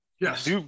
Yes